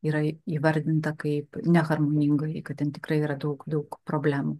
yra įvardinta kaip neharmoningoji kad ten tikrai yra daug daug problemų